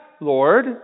Lord